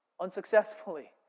unsuccessfully